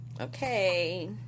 Okay